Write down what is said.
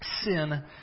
Sin